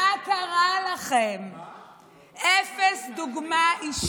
על מה, איך